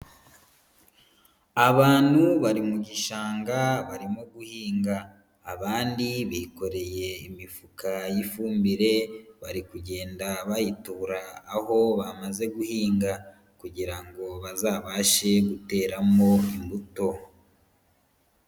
Abantu bari mu gishanga barimo guhinga. Abandi bikoreye imifuka y'ifumbire, bari kugenda bayitura aho bamaze guhinga, kugira ngo bazabashe guteramo imbuto.